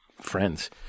friends